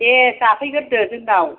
दे जाफैग्रोदो जोंनाव